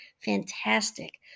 fantastic